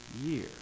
year